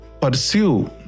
pursue